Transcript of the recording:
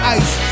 ice